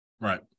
right